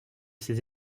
ses